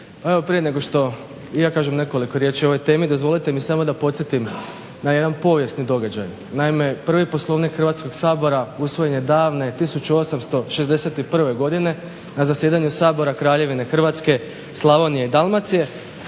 prije nego što i ja kažem nekoliko riječi o ovoj temi dozvolite mi samo da podsjetim na jedan povijesni događaj. Naime, prvi Poslovnik Hrvatskog sabora usvojen je davne 1861. godine na zasjedanju Sabora Kraljevine Hrvatske, Slavonije i Dalmacije